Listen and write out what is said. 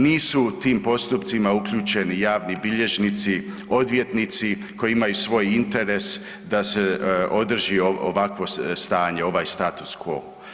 Nisu u tim postupcima uključeni javni bilježnici, odvjetnici koji imaju svoj interes da se održi ovakvo stanje, ovaj status quo.